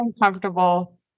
uncomfortable